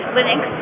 Linux